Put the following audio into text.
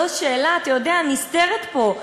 זו שאלה, אתה יודע, נסתרת פה.